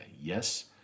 Yes